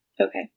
Okay